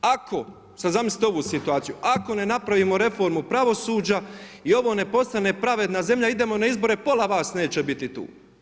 Ako, sad zamislite ovu situaciju, ako ne napravimo reformu pravosuđa i ovo ne postane pravedna zemlja idemo na izbore, pola vas neće biti tu.